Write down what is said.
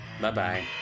Bye-bye